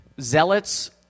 zealots